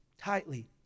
tightly